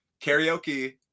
karaoke